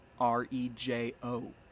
R-E-J-O